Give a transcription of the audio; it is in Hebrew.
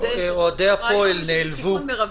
בזה יש --- אוהדי הפועל נעלבו...